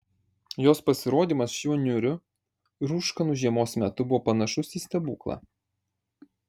jos pasirodymas šiuo niūriu rūškanu žiemos metu buvo panašus į stebuklą